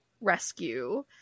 rescue